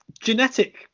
genetic